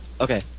Okay